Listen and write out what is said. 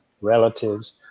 relatives